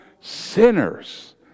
sinners